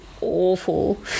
awful